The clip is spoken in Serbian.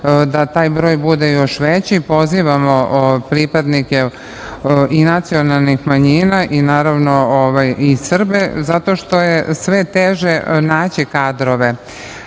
da taj broj bude još veći. Pozivamo pripadnike i nacionalnih manjina i naravno i Srbe zato što je sve teže naći kadrove,